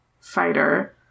fighter